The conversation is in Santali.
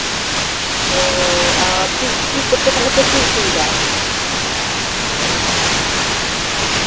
ᱚ ᱟᱨ ᱪᱮᱫ ᱠᱚᱛᱮ ᱛᱟᱞᱦᱮ ᱯᱮ ᱥᱤ ᱚᱪᱚᱭᱮᱫᱟ